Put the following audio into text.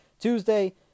Tuesday